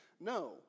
No